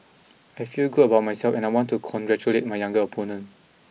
I feel good about myself and I want to congratulate my younger opponent